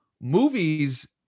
movies